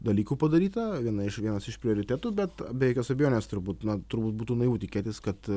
dalykų padaryta viena iš vienas iš prioritetų bet be jokios abejonės turbūt na turbūt būtų naivu tikėtis kad